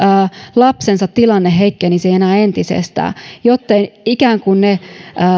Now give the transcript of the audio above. lapsensa tilanne heikkenisi enää entisestään jotteivät ikään kuin ne